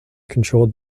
controlled